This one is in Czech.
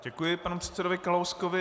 Děkuji panu předsedovi Kalouskovi.